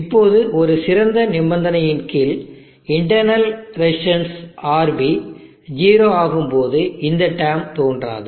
இப்போது ஒரு சிறந்த நிபந்தனையின் கீழ் இன்டர்ணல் ரெசிஸ்டன்ஸ் RB 0 ஆகும்போது இந்த டெர்ம் தோன்றாது